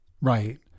Right